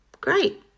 great